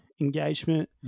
engagement